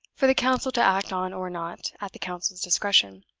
for the counsel to act on or not, at the counsel's discretion.